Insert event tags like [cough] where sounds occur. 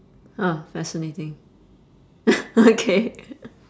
ah fascinating [noise] okay